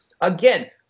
Again